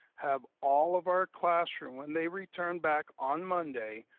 have all of our classroom, when they return back on monday,